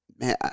man